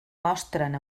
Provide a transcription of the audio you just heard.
mostren